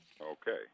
Okay